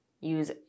use